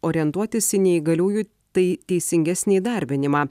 orientuotis į neįgaliųjų tai teisingesnį įdarbinimą